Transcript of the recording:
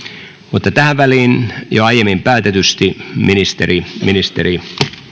mutta tähän väliin jo aiemmin päätetysti ministeri ministeri olkaa